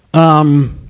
um,